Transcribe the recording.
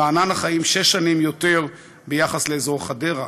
ברעננה חיים שש שנים יותר מבאזור חדרה,